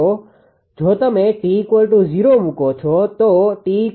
જો તમે t0 મુકો તો t0 પર Δ𝐹 શૂન્ય છે